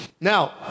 Now